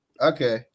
Okay